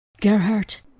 Gerhardt